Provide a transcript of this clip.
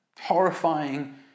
Horrifying